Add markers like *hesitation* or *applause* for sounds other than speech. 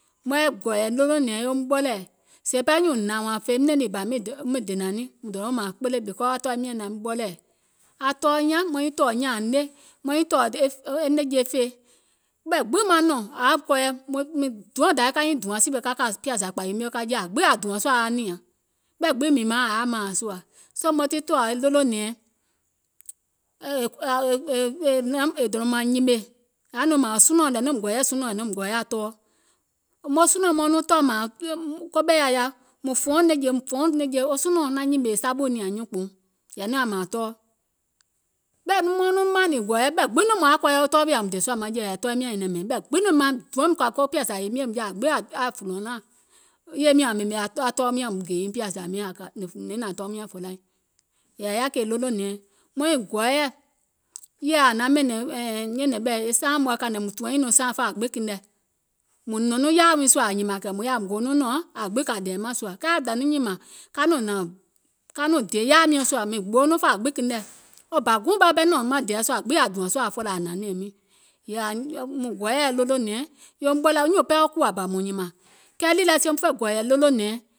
maŋ yɛi gɔ̀ɔ̀yɛ̀ ɗolònɛ̀ɛŋ yeum ɓɔlɛ̀ɛ̀, sèè nyùùŋ bȧ hnȧŋ wȧȧŋ fèim nɛ̀ŋ lii bȧ miŋ dènȧŋ niŋ mùŋ donȧŋ woò mȧȧŋ kpele because aŋ tɔɔim nyȧŋ naim ɓɔlɛ̀ɛ̀, aŋ tɔɔ nyȧŋ maŋ nyiŋ tɔ̀ɔ̀ nyȧȧne, maŋ nyiŋ tɔ̀ɔ̀ e nɛ̀ŋje fèe, ɓɛ̀ gbiŋ maŋ nɔ̀ŋ ȧŋ yaȧ kɔɔyɛ, mìŋ duɔŋ dai ka kȧ pìȧzȧ kpȧyi mio ȧŋ gbiŋ ȧŋ yaȧ dùȧŋ sùȧ aa nìȧŋ, ɓɛ̀ gbiŋ miŋ maaŋ ȧŋ yaȧa mȧȧŋ sùȧ, soo maŋ tii tɔ̀ɔ̀ e ɗolònɛ̀ɛŋ *hesitation* è dònȧùm nyìmè, è yaȧ nɔŋ mȧȧŋ sunɔ̀ɔŋ, nȧȧŋ nɔŋ mùŋ gɔɔyɛ̀ sunɔ̀ɔŋ yɛ̀ì nɔŋ mùŋ gɔɔyɛ̀ aŋ tɔɔ, wo sunɔ̀ɔŋ mauŋ nɔŋ tɔɔ̀ mȧȧŋ koɓɛ̀ yaȧ ya, mùŋ fòuŋ nɛ̀ŋje fòuŋ nɛ̀ŋje, wo sunɔ̀ɔŋ naŋ nyìmè saɓù nìȧŋ nyuùnkpùuŋ, yɛ̀ì nɔŋ yaȧ mȧȧŋ tɔɔ, ɓɛ̀i nɔŋ maaŋ nɔŋ mȧȧnè gɔ̀ɔ̀yɛ ɓɛ̀ gbiŋ nɔŋ mùŋ yaȧ kɔɔyè wo tɔɔ wii yȧùm dè sùȧ maŋjɛ̀wɛ, yɛ̀ì tɔɔim nyȧŋ nyɛ̀nɛ̀ìm ɓɛ̀iŋ, ɓɛ̀ gbiŋ mìŋ maaŋ mìŋ duɔŋ kɔ̀ȧ ko pìȧzȧ kpȧyi mio mìŋ jaȧ aŋ gbiŋ aŋ vùlɔ̀ŋ line, wo yèye miɔ̀ŋ wȧȧŋ ɓèmè aŋ tɔɔum nyȧŋ gè nyiŋ piȧzȧ miìŋ aŋ ka nyɛ̀iŋ nȧȧŋ tɔɔum nyȧŋ fòlaìŋ, yɛ̀ì yaȧ kèè ɗolònɛ̀ɛŋ maiŋ gɔɔyɛ̀ yɛ̀ɛ ȧŋ naŋ ɓɛ̀nɛ̀ŋ nyɛ̀nɛ̀ŋ ɓɛ̀ e saȧŋ mɔ̀ɛ̀ kȧìŋ nɛ mùŋ tùɔ̀ŋ nyiŋ nɔŋ saȧŋ fa ȧŋ gbiŋ kenɛ̀, mùŋ nɔ̀ŋ yaȧȧ wiiŋ sùȧ ȧŋ nyìmȧŋ mùŋ goo nɔŋ nɔ̀ŋ aŋ gbiŋ kȧ dɛɛ mȧŋ sùȧ, kɛɛ zȧ aŋ nɔŋ nyìmȧŋ, ka nɔŋ hnȧŋ, ka nɔŋ dè yaȧa miɔ̀ŋ sùȧ, mìŋ gboo nɔŋ fa aŋ gbiŋ kenɛ̀, wo bȧ guùŋ ɓɛɛ nɔ̀ŋ maŋ dɛɛ mȧŋ sùȧ aŋ gbiŋ yaȧ dùȧŋ sùȧ aŋ hnȧŋ nɛ̀ɛ̀ŋ miìŋ, yɛ̀ì mùŋ gɔɔyɛ̀ yɛi ɗolònɛ̀ŋ yeum ɓɔlɛ̀ɛ̀ nyùùŋ ɓɛɛ kùwȧ bȧ mȧŋ nyìmȧŋ, kɛɛ nìì lɛ sie muŋ fè ɗolònɛ̀ɛŋ,